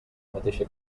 mateixa